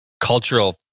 cultural